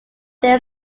day